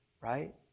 Right